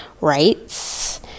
rights